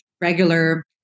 regular